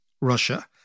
Russia